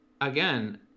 again